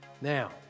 Now